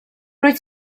rwyt